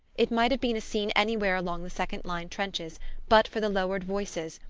it might have been a scene anywhere along the second-line trenches but for the lowered voices,